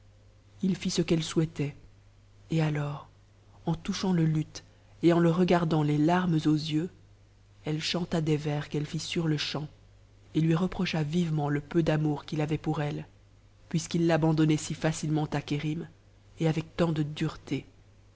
h fit ce qu'elle souhaitait et alors en touchant le luth et en le regardant les larmes aux veux elle chanta des vers qu'elle fit sur-le-champ et lui reprocha vive topnt le peu d'amour qu'il avait pour elle puisqu'il l'abandonnait si fat ifementa à kérim et avec tant de dureté